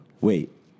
Wait